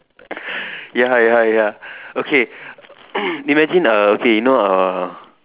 ya ya ya okay imagine a okay you know uh